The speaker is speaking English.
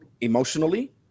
emotionally